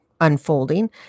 unfolding